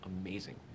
amazing